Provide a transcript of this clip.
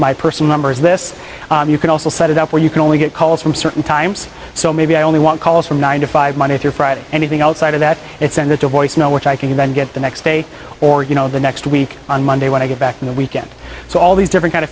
my personal number is this you can also set it up where you can only get calls from certain times so maybe i only want calls from nine to five monday through friday anything outside of that it's in that voice no which i can then get the next day or you know the next week on monday when i get back in the weekend so all these different